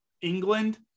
England